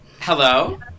Hello